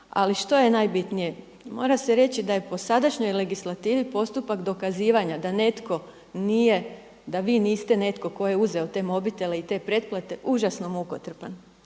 Ali što je najbitnije? Mora se reći da je po sadašnjoj legislativi postupak dokazivanja da netko nije, da vi niste netko tko je uzeo te mobitele i te pretplate užasno mukotrpan,